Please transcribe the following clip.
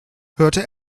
hörte